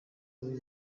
muri